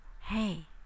hey